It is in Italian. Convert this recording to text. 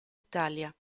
italia